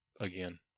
again